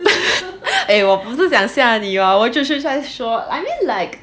eh 我不是想吓你 hor 我只是在说 I mean like